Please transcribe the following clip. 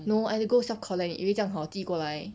no I have to go self collect 你以为这样好寄过来